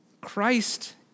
Christ